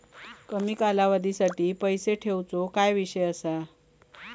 कमी कालावधीसाठी पैसे ठेऊचो काय विषय असा?